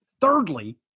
Thirdly